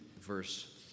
verse